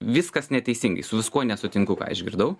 viskas neteisingai su viskuo nesutinku ką išgirdau